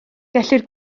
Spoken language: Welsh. gellir